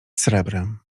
srebrem